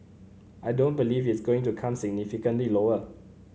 I don't believe it's going to come significantly lower